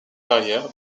carrière